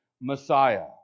Messiah